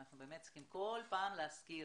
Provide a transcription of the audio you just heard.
כל פעם אנחנו צריכים להזכיר